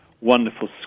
wonderful